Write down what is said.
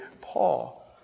Paul